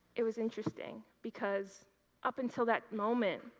it was interesting, because up until that moment,